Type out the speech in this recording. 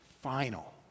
final